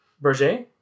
Berger